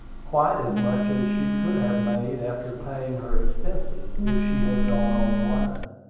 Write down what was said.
quite as much as she could have made after paying her expenses, if she had gone on the line.